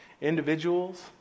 individuals